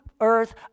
earth